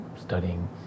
studying